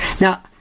Now